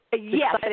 Yes